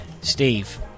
Steve